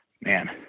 man